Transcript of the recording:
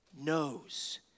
knows